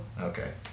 Okay